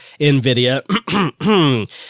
NVIDIA